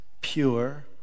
pure